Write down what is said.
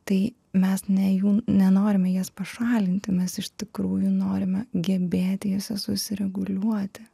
tai mes ne jų nenorime jas pašalinti mes iš tikrųjų norime gebėti jas susireguliuoti